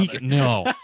no